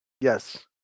Yes